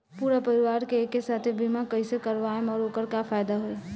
पूरा परिवार के एके साथे बीमा कईसे करवाएम और ओकर का फायदा होई?